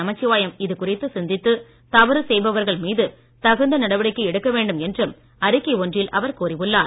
நமச்சிவாயம் இதுகுறித்து சிந்தித்து தவறு செய்பவர்கள் மீது தகுந்த நடவடிக்கை எடுக்கவேண்டும் என்றும் அறிக்கை ஒன்றில் அவர் கூறியுள்ளார்